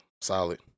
Solid